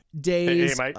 days